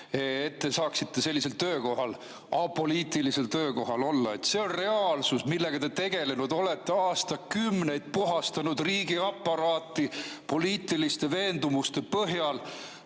te saaksite sellisel töökohal, apoliitilisel töökohal olla." See on reaalsus, millega te tegelenud olete, aastakümneid olete puhastanud riigiaparaati poliitiliste veendumuste põhjal,